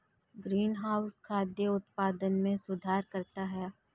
greenhouse खाद्य उत्पादन में सुधार करता है